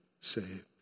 saved